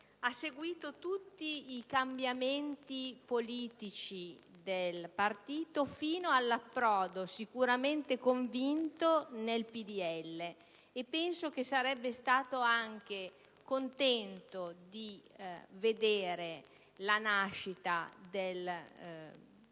ha seguito tutti i cambiamenti politici del partito fino all'approdo, sicuramente convinto, nel PdL, e penso che sarebbe stato contento di vedere la nascita del